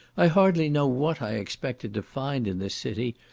i hardly know what i expected to find in this city,